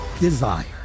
desire